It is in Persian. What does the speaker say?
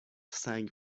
سنگ